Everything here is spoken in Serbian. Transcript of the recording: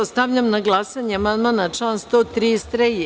Stavljam na glasanje amandman na član 133.